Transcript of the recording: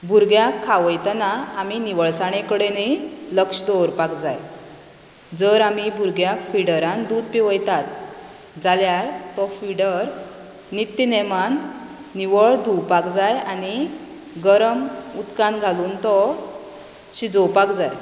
भुरग्याक खावयतना आमी निवळसाणेकडेनय लक्ष दवरपाक जर आमी भुरग्याक फिडरान दूद पिवयतात जाल्यार तो फिडर नित्या नेमान निवळ धुंवपाक जाय आनी गरम उदकान घालून तो शिजेवपाक जाय